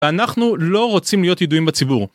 אנחנו לא רוצים להיות ידועים בציבור